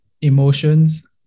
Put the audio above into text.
emotions